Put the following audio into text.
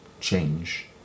change